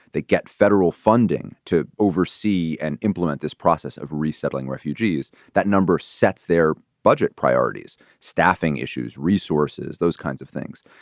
that get federal funding to oversee and implement this process of resettling refugees. that number sets their budget priorities, staffing issues, resources, those kinds of things,